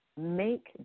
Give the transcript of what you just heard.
make